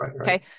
Okay